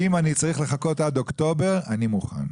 אם אני צריך לחכות עד אוקטובר, אני מוכן.